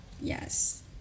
Yes